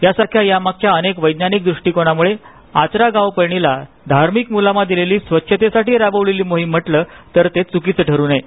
यासारख्या यामागच्या अनेक वझ्तनिक द्रष्टीकोनामुळे आचरा गावपळणीला धार्मिकमुलामा दिलेली स्वच्छतेसाठी राबविलेली मोहीम म्हटलं तरी ते च्कीचं ठरू नये